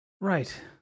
Right